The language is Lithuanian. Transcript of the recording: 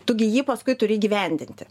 tu gi jį paskui turi įgyvendinti